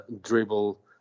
dribble